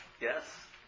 Yes